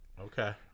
Okay